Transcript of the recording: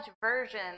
version